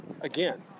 again